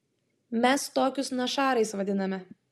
mes tokius našarais vadiname